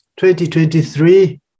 2023